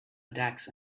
attacks